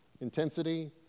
intensity